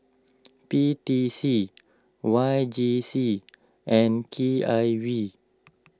P T C Y J C and K I V